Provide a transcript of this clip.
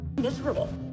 Miserable